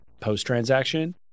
post-transaction